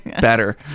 Better